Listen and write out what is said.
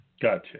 Gotcha